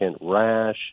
rash